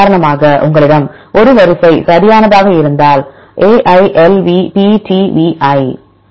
உதாரணமாக உங்களிடம் ஒரு வரிசை சரியானதாக இருந்தால் A I L V P T V I